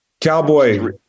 Cowboy